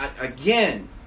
again